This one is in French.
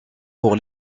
pour